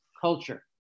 culture